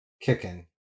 kicking